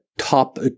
Top